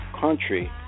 country